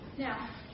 Now